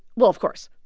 well, of course.